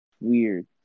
Weird